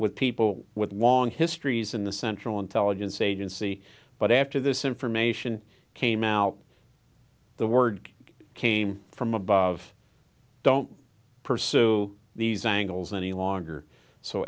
with people with long histories in the central intelligence agency but after this information came out the word came from above don't pursue these angles any longer so